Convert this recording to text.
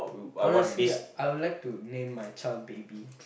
honestly I'll like to name my child Baby